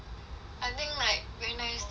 I think like very nice though